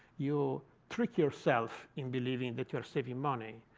you trick yourself in believing that you are saving money.